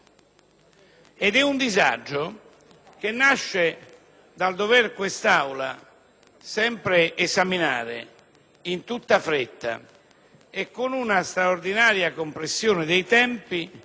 Gruppo; disagio che nasce dal fatto che quest'Aula deve sempre esaminare, in tutta fretta e con una straordinaria compressione dei tempi,